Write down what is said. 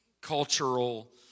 cultural